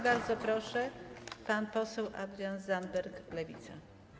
Bardzo proszę, pan poseł Adrian Zandberg, Lewica.